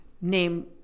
name